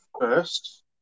first